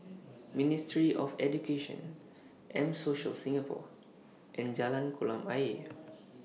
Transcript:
Ministry of Education M Social Singapore and Jalan Kolam Ayer